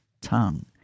tongue